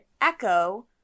Echo